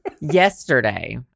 yesterday